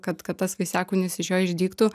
kad kad tas vaisiakūnis iš jo išdygtų